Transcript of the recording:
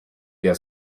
der